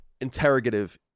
interrogative